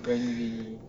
when we